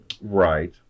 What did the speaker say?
right